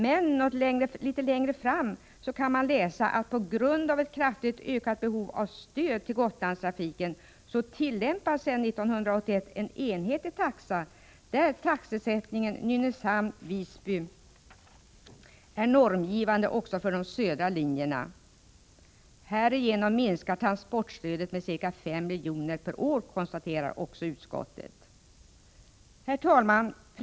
Men litet längre fram kan man läsa att på grund av ett kraftigt ökat behov av stöd till Gotlandstrafiken tillämpas sedan 1981 en enhetlig taxa, där taxesättningen för sträckan Nynäshamn-Visby är normgivande också för de södra linjerna. Härigenom minskar transportstödet med ca 5 milj.kr. per år, konstaterar utskottet vidare. Herr talman!